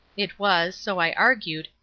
it was, so i argued,